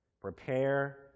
Prepare